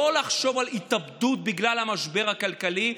לא לחשוב על התאבדות בגלל המשבר הכלכלי,